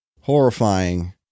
horrifying